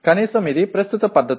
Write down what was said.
కనీసం అది ప్రస్తుత పద్ధతి